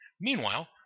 Meanwhile